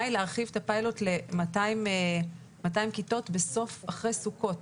היא להרחיב את הפיילוט ל-200 כיתות אחרי סוכות.